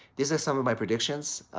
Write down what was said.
these are some of my predictions.